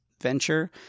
venture